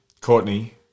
Courtney